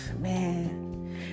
man